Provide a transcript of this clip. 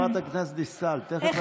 חברת הכנסת דיסטל, את תכף עולה.